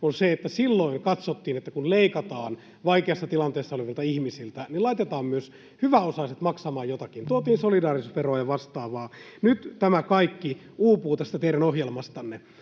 on se, että silloin katsottiin, että kun leikataan vaikeassa tilanteessa olevilta ihmisiltä, niin laitetaan myös hyväosaiset maksamaan jotakin. Tuotiin solidaarisuusveroa ja vastaavaa. Nyt tämä kaikki uupuu tästä teidän ohjelmastanne.